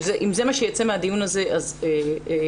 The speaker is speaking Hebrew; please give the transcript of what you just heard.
אם זה מה שיצא מהדיון הזה אז עשינו,